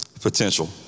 potential